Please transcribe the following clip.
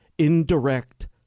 indirect